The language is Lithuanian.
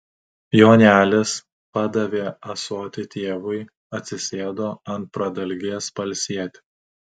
jonelis padavė ąsotį tėvui atsisėdo ant pradalgės pailsėti